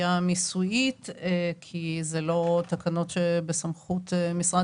המיסויית כי אלה לא תקנות בסמכות משרד